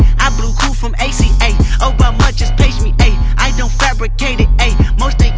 i blew cool from ac aye obama just paged me aye i don't fabricate it